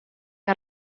que